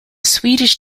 swedish